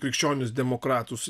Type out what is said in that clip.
krikščionis demokratus